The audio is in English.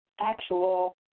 actual